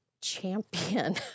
champion